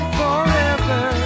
forever